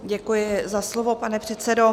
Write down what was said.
Děkuji za slovo, pane předsedo.